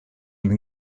flin